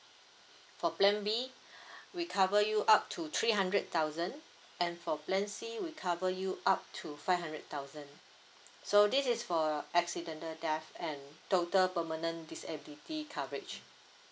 for plan B we cover you up to three hundred thousand and for plan C we cover you up to five hundred thousand so this is for accidental death and total permanent disability coverage